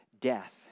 death